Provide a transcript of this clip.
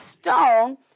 stone